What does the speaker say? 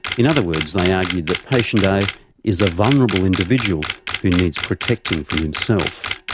in other words, they argued that patient a is a vulnerable individual who needs protecting from himself.